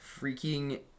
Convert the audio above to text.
Freaking